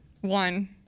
One